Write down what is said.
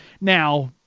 Now